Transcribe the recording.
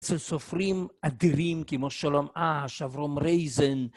אצל סופרים אדירים כמו שלום אש, אברום רייזן.